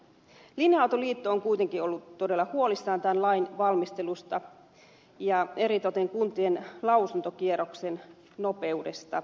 linja autoliitto on kuitenkin ollut todella huolissaan tämän lain valmistelusta ja eritoten kuntien lausuntokierroksen nopeudesta